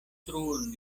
truon